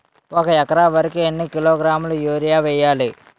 ఒక ఎకర వరి కు ఎన్ని కిలోగ్రాముల యూరియా వెయ్యాలి?